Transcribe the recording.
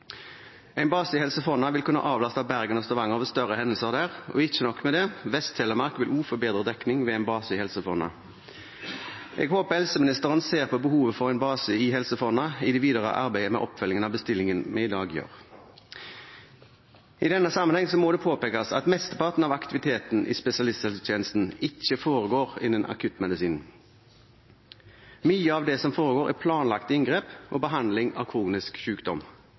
En base i Helse Fonna vil kunne avlaste Bergen og Stavanger ved større hendelser der, og ikke nok med det, Vest-Telemark vil også få bedre dekning ved en base i Helse Fonna. Jeg håper helseministeren ser på behovet for en base i Helse Fonna i det videre arbeidet med oppfølgingen av bestillingen vi i dag gjør. I denne sammenheng må det påpekes at mesteparten av aktiviteten i spesialisthelsetjenesten ikke foregår innen akuttmedisinen. Mye av det som foregår, er planlagte inngrep og behandling av kronisk